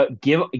give